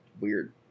Weird